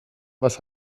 was